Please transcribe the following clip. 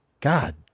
God